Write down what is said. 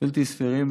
בלתי סבירים.